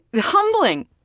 humbling